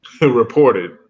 reported